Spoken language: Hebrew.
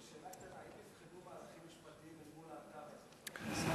האם נבחנו מהלכים משפטיים מול האתר הזה?